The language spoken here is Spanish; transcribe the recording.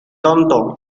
tonto